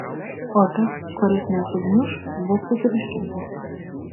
o tas kuris nesugniuš bus sutriuškintas